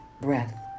breath